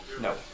No